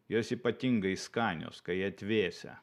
jos ypatingai skanios kai atvėsę